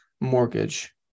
mortgage